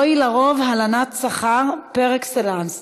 זוהי לרוב הלנת שכר פר-אקסלנס.